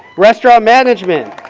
restaurant management.